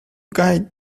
guide